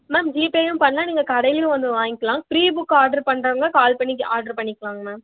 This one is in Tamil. மேம் ஜிபேயும் பண்ணலாம் நீங்கள் கடைலேயும் வந்து வாங்கிக்கலாம் ஃப்ரீ புக் ஆர்டர் பண்றவங்க கால் பண்ணி ஆர்டர் பண்ணிக்குவாங்க மேம்